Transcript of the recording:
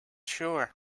shore